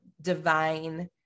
divine